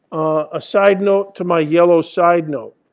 a side note to my yellow side note.